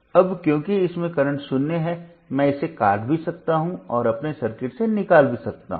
अब क्योंकि इसमें करंट शून्य है मैं इसे काट भी सकता हूं और अपने सर्किट से निकाल सकता हूं